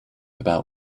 about